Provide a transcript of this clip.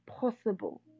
possible